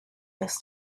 this